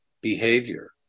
behavior